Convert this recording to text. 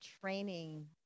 training